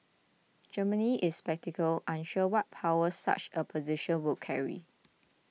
Germany is sceptical unsure what powers such a position would carry